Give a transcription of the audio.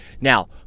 Now